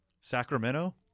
sacramento